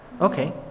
Okay